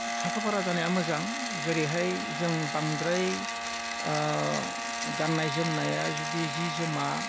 साखा फारा जानाया मोजां जेरैहाय जों बांद्राय गाननाय जोमनाया जुदि जि जोमा